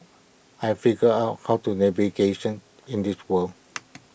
I figured out how to navigation in this world